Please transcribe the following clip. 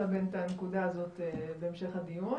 זו בדיוק המטרה שלנו ולכן מתחילת הדיון